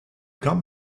come